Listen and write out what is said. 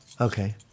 Okay